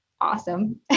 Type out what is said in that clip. awesome